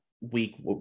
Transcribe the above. week